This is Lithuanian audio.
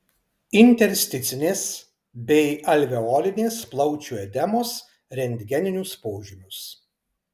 intersticinės bei alveolinės plaučių edemos rentgeninius požymius